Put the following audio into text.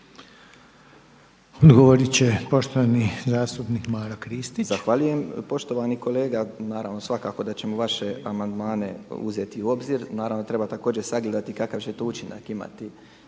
Odgovoriti će poštovani zastupnik Maro Kristić. **Kristić, Maro (MOST)** Zahvaljujem. Poštovani kolega naravno svakako da ćemo vaše amandmane uzeti u obzir. Naravno da treba također sagledati kakav će to učinak imati